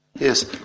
Yes